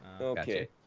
Okay